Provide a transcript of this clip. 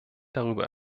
darüber